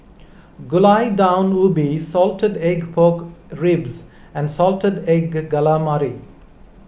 Gulai Daun Ubi Salted Egg Pork Ribs and Salted Egg Calamari